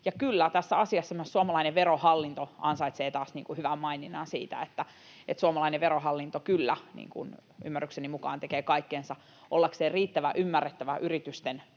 ja kyllä tässä asiassa myös suomalainen verohallinto ansaitsee taas hyvän maininnan siitä, että suomalainen verohallinto kyllä ymmärrykseni mukaan tekee kaikkensa ollakseen riittävän ymmärrettävä yritysten suuntaan